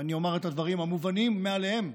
אני אומר את הדברים המובנים מאליהם: